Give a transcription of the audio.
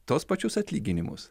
tuos pačius atlyginimus